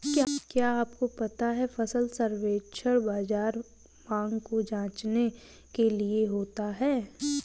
क्या आपको पता है फसल सर्वेक्षण बाज़ार मांग को जांचने के लिए होता है?